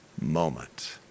moment